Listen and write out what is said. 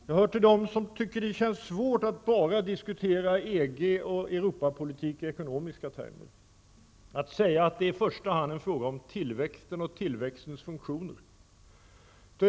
Jag hör till dem som tycker att det känns svårt att bara diskutera EG och Europapolitik i ekonomiska termer, att säga att det i första hand är en fråga om tillväxt och tillväxtens funktioner.